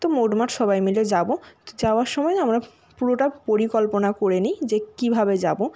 তো মোটমাট সবাই মিলে যাবো তো যাওয়ার সময় না আমরা পুরোটা পরিকল্পনা করে নিই যে কীভাবে যাবো